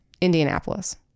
Indianapolis